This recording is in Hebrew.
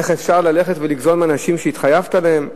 איך אפשר ללכת ולגזול מאנשים שהתחייבת להם?